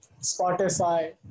Spotify